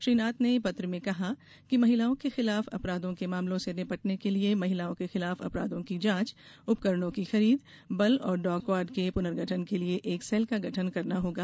श्री नाथ ने पत्र में कहा कि महिलाओं के खिलाफ अपराधों के मामलों से निपटने के लिए महिलाओं के खिलाफ अपराधों की जाँच उपकरणों की खरीद बल और डॉग स्क्वाड के पुनर्गठन के लिए एक सेल का गठन करना होगा